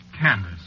Candace